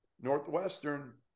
Northwestern